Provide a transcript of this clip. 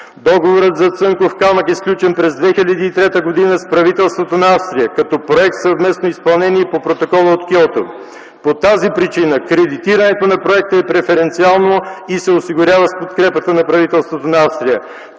договорът за „Цанков камък” е сключен през 2003 г. с правителството на Австрия – като „проект съвместно изпълнение” и по протокола от Киото. По тази причина кредитирането на проекта е преференциално и се осигурява с подкрепата на правителството на Австрия.